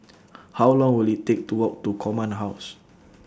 How Long Will IT Take to Walk to Command House